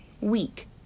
week